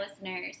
listeners